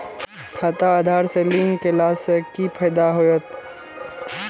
खाता आधार से लिंक केला से कि फायदा होयत?